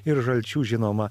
ir žalčių žinoma